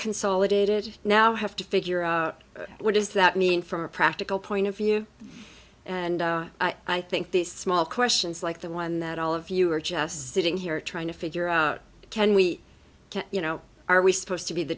consolidated now have to figure out what does that mean from a practical point of view and i think these small questions like the one that all of you are just sitting here trying to figure out can we can you know are we supposed to be the